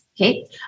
Okay